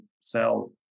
sell